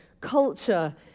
culture